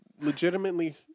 legitimately